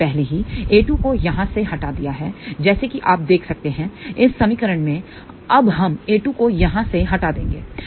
हमने पहले ही a2 को यहाँ से हटा दिया है जैसे कि आप देख सकते हैं इस समीकरण मेंअब हम a2 को यहाँ से हटा देंगे